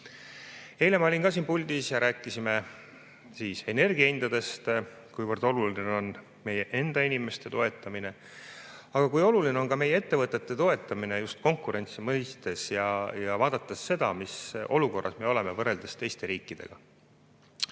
Eile ma olin ka siin puldis, siis me rääkisime energia hindadest ja sellest, kuivõrd oluline on meie enda inimeste toetamine, aga kui oluline on ka meie ettevõtete toetamine just konkurentsi mõistes, vaadates seda, mis olukorras me oleme võrreldes teiste riikidega.